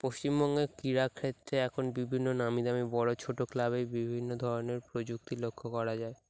পশ্চিমবঙ্গে ক্রীড়াক ক্ষেত্রে এখন বিভিন্ন নামী দামি বড়ো ছোট ক্লাবে বিভিন্ন ধরনের প্রযুক্তি লক্ষ্য করা যায়